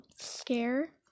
scare